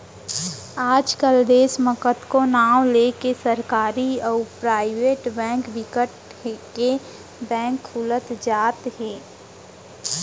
आज कल देस म कतको नांव लेके सरकारी अउ पराइबेट बेंक बिकट के बेंक खुलत जावत हे